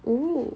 oh